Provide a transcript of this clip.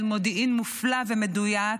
על מודיעין מופלא ומדויק,